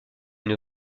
une